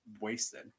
wasted